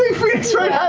phoenix wright